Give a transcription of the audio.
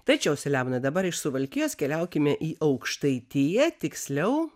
tačiau selemonai dabar iš suvalkijos keliaukime į aukštaitiją tiksliau